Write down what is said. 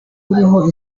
uriho